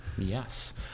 yes